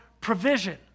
provision